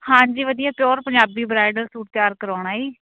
ਹਾਂਜੀ ਵਧੀਆ pure Punjabi bridal suit ਤਿਆਰ ਕਰਾਉਣਾ ਜੀ